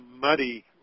muddy